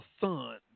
son